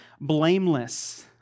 blameless